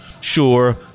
sure